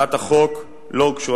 להצעת החוק לא הוגשו,